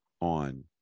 on